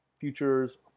futures